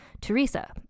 Teresa